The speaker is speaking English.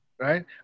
right